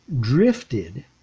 drifted